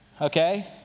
Okay